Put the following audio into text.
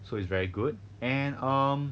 so it's very good and um